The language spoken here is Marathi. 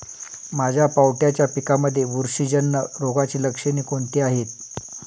माझ्या पावट्याच्या पिकांमध्ये बुरशीजन्य रोगाची लक्षणे कोणती आहेत?